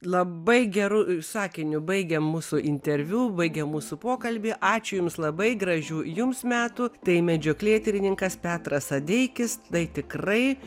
labai geru sakiniu baigiam mūsų interviu baigiam mūsų pokalbį ačiū jums labai gražių jums metų tai medžioklėtirininkas petras adeikis tai tikrai